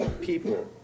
people